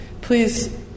please